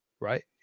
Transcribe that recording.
Right